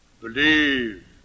Believe